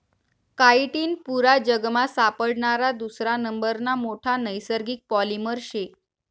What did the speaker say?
chitin पुरा जगमा सापडणारा दुसरा नंबरना मोठा नैसर्गिक पॉलिमर शे